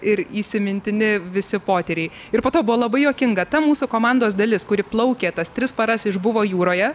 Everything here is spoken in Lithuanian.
ir įsimintini visi potyriai ir po to buvo labai juokinga ta mūsų komandos dalis kuri plaukė tas tris paras išbuvo jūroje